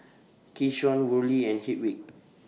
Keshaun Worley and Hedwig